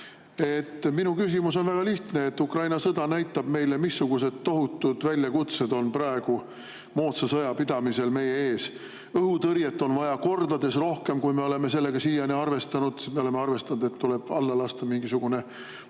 Minu küsimus on väga lihtne. Ukraina sõda näitab meile, missugused tohutud väljakutsed on praegu meie ees moodsa sõja pidamisel. Õhutõrjet on vaja kordades rohkem, kui me oleme sellega siiani arvestanud. Me oleme arvestanud, et tuleb alla lasta mingisugused